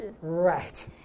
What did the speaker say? Right